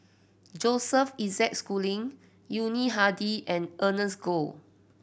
Joseph Isaac Schooling Yuni Hadi and Ernest Goh